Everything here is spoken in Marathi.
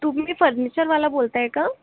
तुम्ही फर्निचरवाला बोलत आहे का